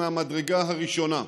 מהמדרגה הראשונה.